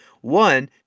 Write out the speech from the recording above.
One